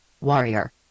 Warrior